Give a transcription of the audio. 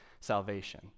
salvation